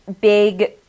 big –